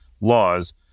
laws